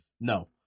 no